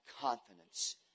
confidence